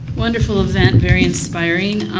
wonderful event. very inspiring.